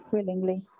Willingly